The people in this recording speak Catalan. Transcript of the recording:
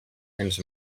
ens